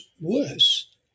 worse